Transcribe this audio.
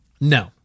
No